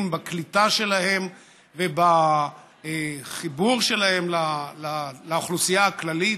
בקליטה שלהם ובחיבור שלהם לאוכלוסייה הכללית,